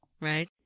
right